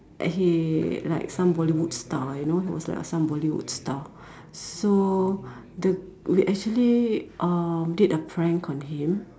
and he like some Bollywood star you know he was like a some Bollywood star so the we actually uh did a prank on him